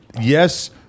yes